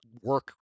work